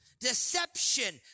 Deception